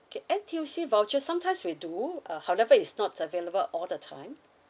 K N_T_U_C voucher sometimes we do uh however is not available all the time